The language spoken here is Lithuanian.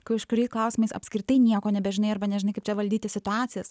kai už kurį klausimais apskritai nieko nebežinai arba nežinai kaip čia valdyti situacijas